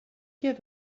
give